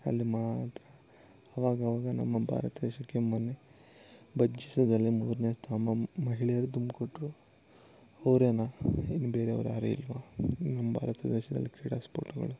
ಅಲ್ಲಿ ಮಾತ್ರ ಅವಾಗಾವಾಗ ನಮ್ಮ ಭಾರತ ದೇಶಕ್ಕೆ ಮೊನ್ನೆ ಬಜ್ಜೆಸದಲ್ಲಿ ಮೂರನೇ ಸ್ಥಾನ ಮಹಿಳೆಯರು ತುಂಬ್ಕೊಟ್ಟ್ರು ಅವರೇನಾ ಇನ್ನೂ ಬೇರೆವ್ರು ಯಾರೂ ಇಲ್ಲವಾ ನಮ್ಮ ಭಾರತ ದೇಶದಲ್ಲಿ ಕ್ರೀಡಾ ಸ್ಫೋಟಗಳು